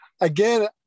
again